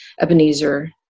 Ebenezer